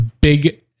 big